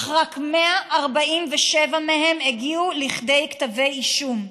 אך רק 147 מהם הגיעו לכדי כתבי אישום.